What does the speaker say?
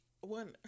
one